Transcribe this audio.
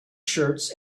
shirts